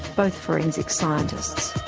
both forensic scientists.